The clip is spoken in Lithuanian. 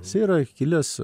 jisai yra kilęs